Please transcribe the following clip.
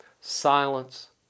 Silence